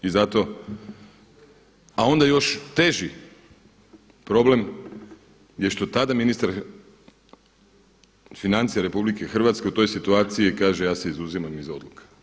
I zato, a onda još i teži problem je što tada ministar financija RH u toj situaciji kaže ja se izuzimam iz odluka.